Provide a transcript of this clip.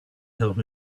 help